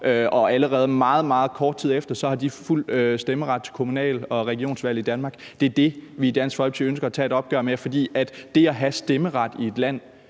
meget kort tid har fuld stemmeret til kommunal- og regionsvalg. Det er det, vi i Dansk Folkeparti ønsker at tage et opgør med, fordi det at have stemmeret i et land